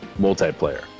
multiplayer